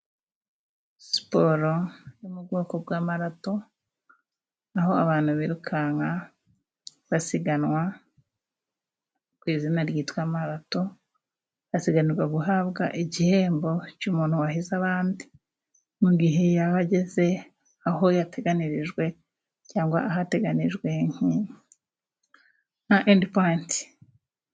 Siporo yo mu bwoko bw'amarato aho abantu birukanka basiganwa ku izina ryitwa marato asiganirwa guhabwa igihembo cy'umuntu wahize abandi mu gihe yaba ageze aho yateganirijwe cyangwa ahateganijwe nka indi powenti.